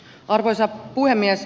arvoisa puhemies